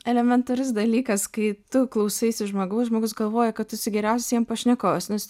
elementarus dalykas kai tu klausaisi žmogaus žmogus galvoja kad tu esi geriausias jam pašnekovas nes